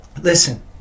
Listen